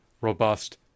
robust